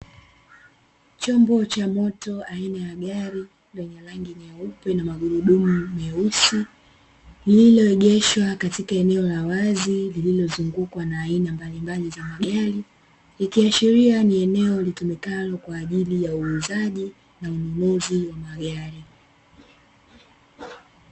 Chombo cha moto aina ya gari lenye rangi nyeupe na magurudumu meusi, lililoegeshwa katika eneo la wazi lililozungukwa na aina mbalimbali za magari, ikiashiria ni eneo litumikalo kwa ajili ya uuzaji na ununuzi wa magari.